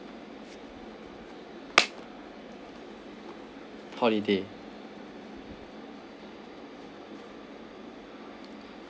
holiday